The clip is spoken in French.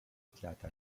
éclate